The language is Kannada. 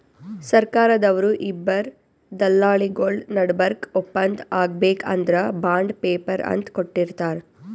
ಸರ್ಕಾರ್ದವ್ರು ಇಬ್ಬರ್ ದಲ್ಲಾಳಿಗೊಳ್ ನಡಬರ್ಕ್ ಒಪ್ಪಂದ್ ಆಗ್ಬೇಕ್ ಅಂದ್ರ ಬಾಂಡ್ ಪೇಪರ್ ಅಂತ್ ಕೊಟ್ಟಿರ್ತಾರ್